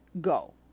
Go